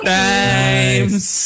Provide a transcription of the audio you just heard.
times